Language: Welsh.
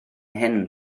hyn